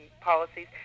policies